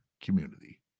community